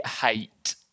hate